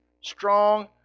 strong